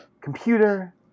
Computer